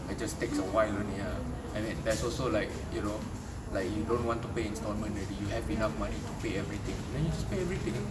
it just takes awhile only ah I mean there's also like you know like you don't want to pay instalment already you have enough money to pay everything then you pay everything ah